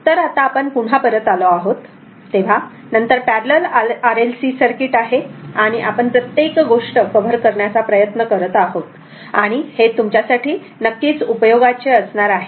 तर आता आपण पुन्हा परत आलो आहोत तेव्हा नंतर पॅरलल RLC सर्किट आहे आणि आपण प्रत्येक गोष्ट कव्हर करण्याचा प्रयत्न करत आहोत आणि हे तुमच्यासाठी नक्कीच उपयोगाचे असणार आहे